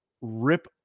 rip